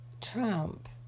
Trump